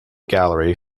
gallery